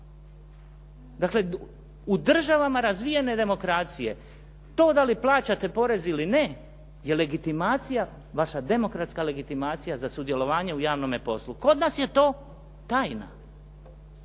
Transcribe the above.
Dakle u državama razvijene demokracije to da li plaćate porez ili ne je vaša demokratska legitimacija za sudjelovanje u javnome poslu. Kod nas je to tajna.